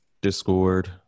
Discord